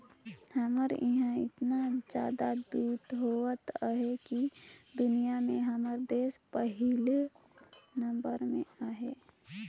हमर इहां दूद एतना जादा होवत अहे कि दुनिया में हमर देस पहिले नंबर में अहे